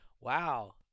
Wow